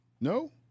No